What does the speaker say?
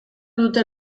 dute